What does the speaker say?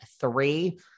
three